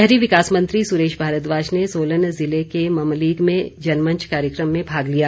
शहरी विकास मंत्री सुरेश भारद्वाज ने सोलन जिले के ममलीग में जनमंच कार्यक्रम में भाग लिया